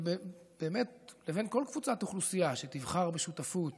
ובאמת לבין כל קבוצת אוכלוסייה שתבחר בשותפות